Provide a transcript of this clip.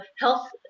health